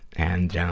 and, um,